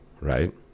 right